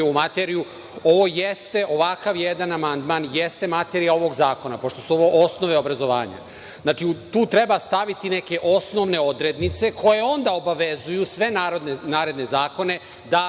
jeste, ovakav jedan amandman jeste materija ovog zakona. Pošto su ovo osnove obrazovanja, znači, tu treba staviti neke osnovne odrednice koje onda obavezuju sve naredne zakone da